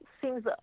seems